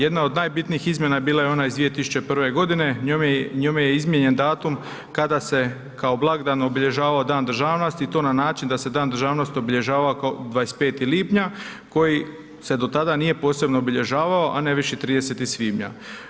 Jedna od najbitnijih izmjena bila je ona iz 2001. g., njome je izmijenjen datum kada se kao blagdan obilježavao Dan državnosti i to na način da se Dan državnosti obilježavao kao 25. lipnja koji se do tada nije posebno obilježavao, a ne više 30. svibnja.